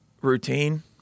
routine